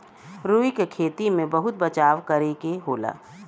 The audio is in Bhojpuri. रुई क खेती में बहुत बचाव करे के होला